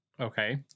Okay